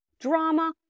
drama